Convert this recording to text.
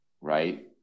right